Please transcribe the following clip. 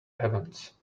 heavens